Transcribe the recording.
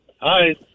Hi